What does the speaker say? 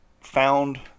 found